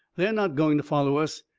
they are not going to follow us.